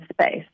space